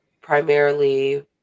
primarily